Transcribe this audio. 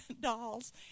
dolls